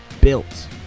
built